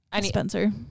Spencer